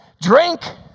drink